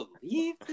believe